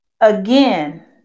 again